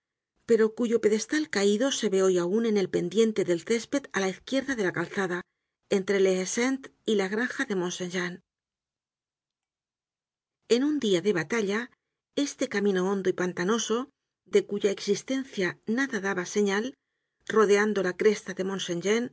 pero cuyo pedestal caido se ve hoy aun en la pendiente del césped á la izquierda de la calzada entre la haie sainte y la granja de mont saint jean content from google book search generated at en una dia de batalla este camino hondo y pantanoso de cuya existencia nada daba señal rodeando la cresta de